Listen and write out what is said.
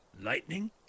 Lightning